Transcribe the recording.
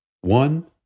One